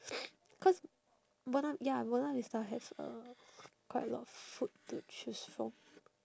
cause buona ya buona vista has uh quite a lot of food to choose from